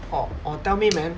or or tell me man